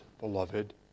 beloved